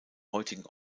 heutigen